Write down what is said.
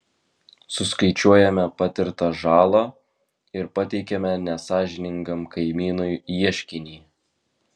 suskaičiuojame patirtą žalą ir pateikiame nesąžiningam kaimynui ieškinį